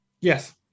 Yes